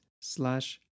slash